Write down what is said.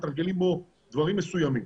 מתרגלים בו דברים מסוימים.